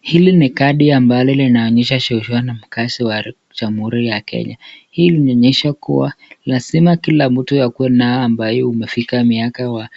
Hili ni kadi ambalo linaonyesha sheria na mkazi wa Jamhuri ya Kenya. Hili linaonyesha kuwa lazima kila mtu awe nayo ambaye umefika miaka wa